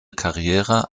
karriere